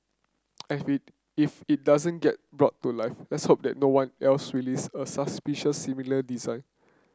and if it doesn't get brought to life let's hope that no one else release a suspicious similar design